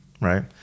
right